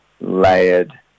layered